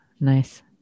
nice